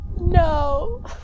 No